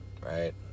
right